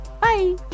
Bye